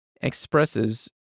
expresses